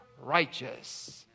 righteous